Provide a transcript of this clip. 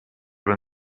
when